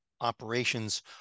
operations